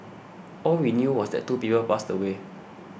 all we knew was that two people passed away